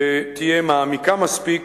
שתהיה מעמיקה מספיק